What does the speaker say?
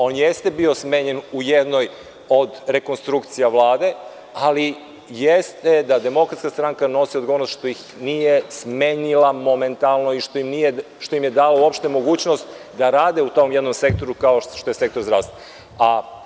On jeste bio smenjen u jednoj od rekonstrukcija Vlade, ali jeste da DS nosi odgovornost što ih nije smenila momentalno i što im je dala uopšte mogućnost da rade u tom jednom sektoru kao što je sektor zdravstva.